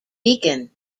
beacon